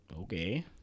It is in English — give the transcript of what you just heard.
okay